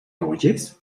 oyes